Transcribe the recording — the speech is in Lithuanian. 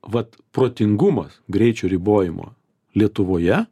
vat protingumas greičio ribojimo lietuvoje